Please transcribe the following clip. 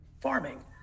farming